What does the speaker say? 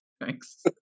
Thanks